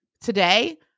today